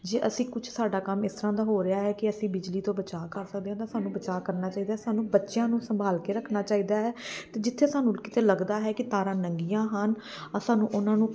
ਜੇ ਅਸੀਂ ਕੁਛ ਸਾਡਾ ਕੰਮ ਇਸ ਤਰ੍ਹਾਂ ਦਾ ਹੋ ਰਿਹਾ ਹੈ ਕਿ ਅਸੀਂ ਬਿਜਲੀ ਤੋਂ ਬਚਾ ਕਰ ਸਕਦੇ ਹਾਂ ਤਾਂ ਸਾਨੂੰ ਬਚਾਅ ਕਰਨਾ ਚਾਹੀਦਾ ਸਾਨੂੰ ਬੱਚਿਆਂ ਨੂੰ ਸੰਭਾਲ ਕੇ ਰੱਖਣਾ ਚਾਹੀਦਾ ਹੈ ਅਤੇ ਜਿੱਥੇ ਸਾਨੂੰ ਕਿਤੇ ਲੱਗਦਾ ਹੈ ਕੀ ਤਾਰਾ ਨੰਗੀਆਂ ਹਨ ਅ ਸਾਨੂੰ ਉਹਨਾਂ ਨੂੰ